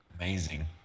Amazing